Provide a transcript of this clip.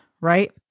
right